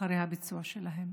אחרי הביצוע שלהם.